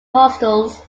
hostels